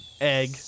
Egg